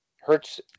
hurts